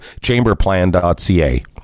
ChamberPlan.ca